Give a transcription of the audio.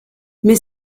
mais